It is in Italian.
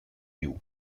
più